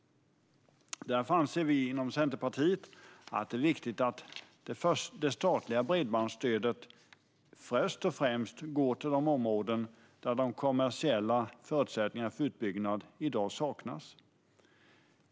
Därför anser vi i Centerpartiet att det är viktigt att det statliga bredbandsstödet först och främst går till de områden där de kommersiella förutsättningarna för utbyggnad i dag saknas.